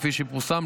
כפי שפורסם,